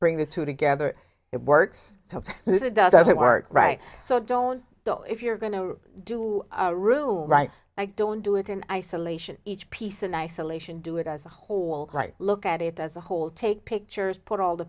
bring the two together it works so that it doesn't work right so i don't know if you're going to do rule right i don't do it in isolation each piece in isolation do it as a whole like look at it as a whole take pictures put all the